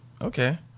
Okay